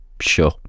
Sure